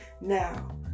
Now